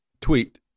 tweet